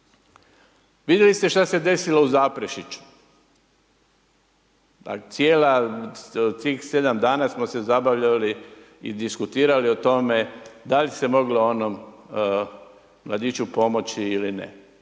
Vidjeli ste što se desilo u Zaprešiću, tih 7 dana smo se zabavljali i diskutirali o tome da li se moglo onom mladiću pomoći ili ne.